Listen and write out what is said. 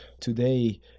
today